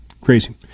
Crazy